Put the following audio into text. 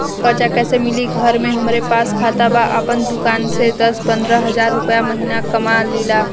कर्जा कैसे मिली घर में हमरे पास खाता बा आपन दुकानसे दस पंद्रह हज़ार रुपया महीना कमा लीला?